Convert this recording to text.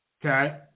Okay